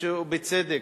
שבצדק,